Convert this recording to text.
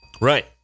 Right